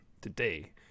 Today